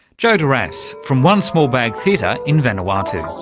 jo dorras, from wan smolbag theatre in vanuatu.